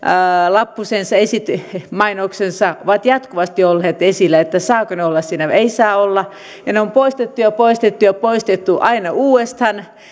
lappusensa mainoksensa ovat jatkuvasti olleet esillä että saavatko ne olla siinä vai eivätkö saa olla ja ne on poistettu ja poistettu ja poistettu aina uudestaan